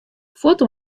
fuort